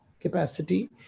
capacity